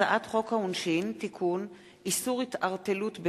הצעת חוק הכשרות המשפטית והאפוטרופסות (תיקון,